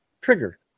trigger